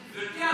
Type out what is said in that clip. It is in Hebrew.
שנייה.